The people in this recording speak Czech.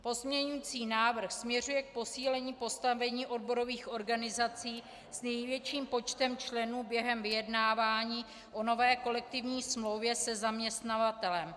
Pozměňující návrh směřuje k posílení postavení odborových organizací s největším počtem členů během vyjednávání o nové kolektivní smlouvě se zaměstnavatelem.